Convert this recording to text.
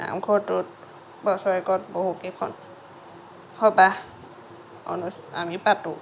নামঘৰটোত বছৰেকত বহু কেইখন সবাহ অনু আমি পাতোঁ